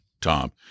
Tom